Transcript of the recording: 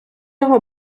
його